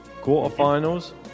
Quarterfinals